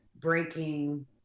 breaking